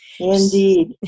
Indeed